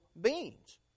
beings